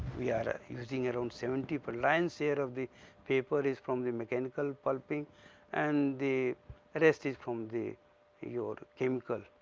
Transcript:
we are using around seventy per line share of the paper is from the mechanical pulping and the ah rest is from the your chemical.